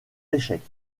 échecs